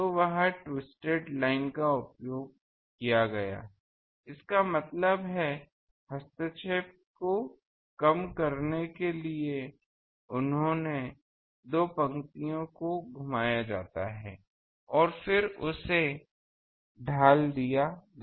तो वहाँ twisted line का उपयोग किया गया इसका मतलब है हस्तक्षेप को कम करने के लिए उन्हें दो पंक्तियों को घुमाया जाता है और फिर उसे ढाल दिया गया